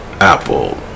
Apple